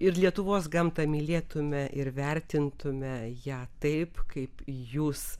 ir lietuvos gamtą mylėtume ir vertintume ją taip kaip jūs